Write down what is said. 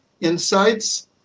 insights